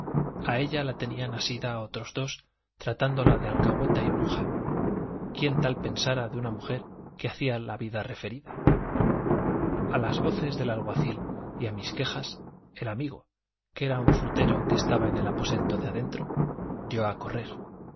a ella la tenían asida otros dos tratándola de alcahueta y bruja quién tal pensara de una mujer que hacía la vida referida a las voces del alguacil y a mis quejas el amigo que era un frutero que estaba en el aposento de adentro dio a correr